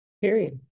Period